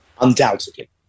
Undoubtedly